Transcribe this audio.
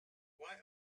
why